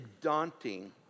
daunting